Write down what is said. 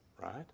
right